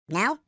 Now